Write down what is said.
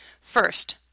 First